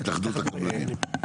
התאחדות בוני הארץ.